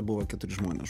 buvo keturi žmonės